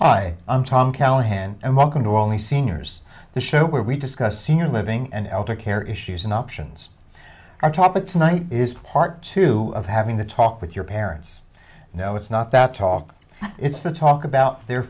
hi i'm tom callahan and welcome to all the seniors the show where we discuss senior living and elder care issues and options our topic tonight is part two of having the talk with your parents no it's not that talk it's the talk about their